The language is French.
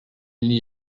n’y